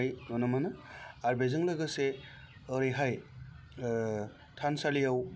नुनो मोनो आरो बेजो लोगोसे ओरैहाय थानसालियाव